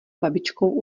babičkou